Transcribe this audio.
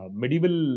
medieval